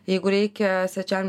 jeigu reikia svečiam